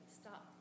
stop